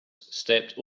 stepped